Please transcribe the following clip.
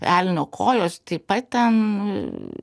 elnio kojos taip pat ten